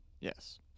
Yes